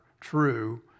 true